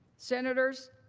senators,